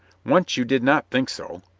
once you did not think so.